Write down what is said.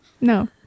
No